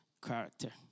Character